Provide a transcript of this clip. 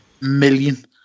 million